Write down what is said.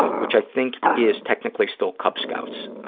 which i think is technically still cub scouts.